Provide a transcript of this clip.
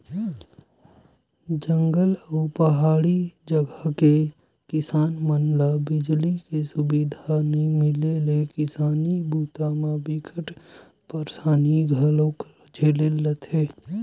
जंगल अउ पहाड़ी जघा के किसान मन ल बिजली के सुबिधा नइ मिले ले किसानी बूता म बिकट परसानी घलोक झेलथे